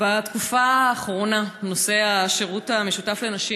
בתקופה האחרונה נושא השירות המשותף לנשים